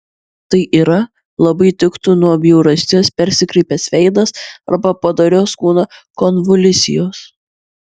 tai yra labai tiktų nuo bjaurasties persikreipęs veidas arba padorios kūno konvulsijos